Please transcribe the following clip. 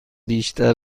بیشتر